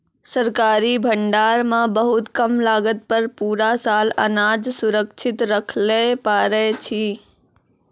सरकारी भंडार मॅ बहुत कम लागत पर पूरा साल अनाज सुरक्षित रक्खैलॅ पारै छीं